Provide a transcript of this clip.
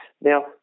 Now